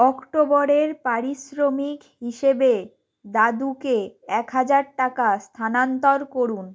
অক্টোবরের পারিশ্রমিক হিসেবে দাদুকে এক হাজার টাকা স্থানান্তর করুন